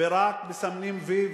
ורק מסמנים "וי",